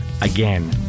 again